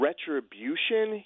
retribution